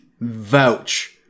vouch